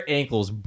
ankles